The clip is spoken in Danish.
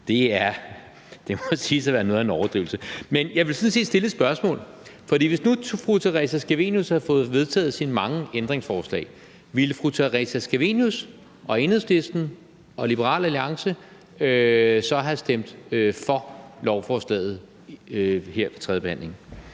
Det må siges at være noget af en overdrivelse. Men jeg vil sådan set stille et spørgsmål, for hvis nu fru Theresa Scavenius havde fået vedtaget sine mange ændringsforslag, ville fru Theresa Scavenius og Enhedslisten og Liberal Alliance så have stemt for lovforslaget her ved tredjebehandlingen?